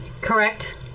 Correct